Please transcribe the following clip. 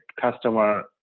customer